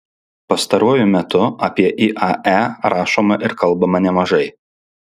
pastaruoju metu apie iae rašoma ir kalbama nemažai